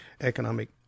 economic